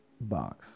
box